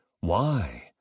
Why